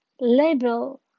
label